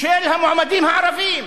של המועמדים הערבים,